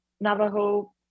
Navajo